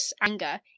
anger